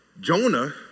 Jonah